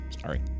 Sorry